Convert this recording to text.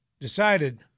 decided